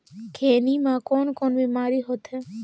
खैनी म कौन कौन बीमारी होथे?